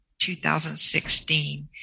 2016